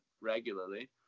regularly